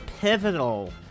pivotal